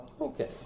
okay